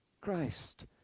Christ